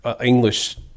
English